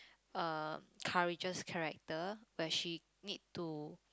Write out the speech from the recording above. uh courageous character where she need to